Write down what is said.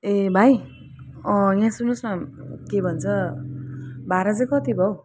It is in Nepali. ए भाइ यहाँ सुन्नुहोस् न के भन्छ भाडा चाहिँ कति भयो हो